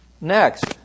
Next